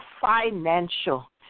financial